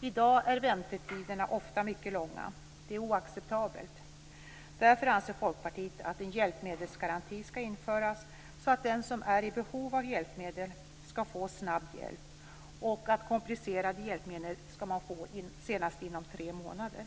I dag är väntetiderna ofta mycket långa. Detta är oacceptabelt. Därför anser Folkpartiet att en hjälpmedelsgaranti skall införas så att den som är i behov av hjälpmedel skall få snabb hjälp och komplicerade hjälpmedel senaste inom tre månader.